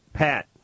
Pat